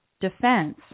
defense